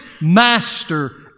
master